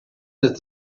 that